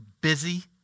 busy